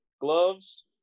gloves